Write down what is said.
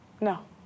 No